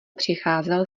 přicházel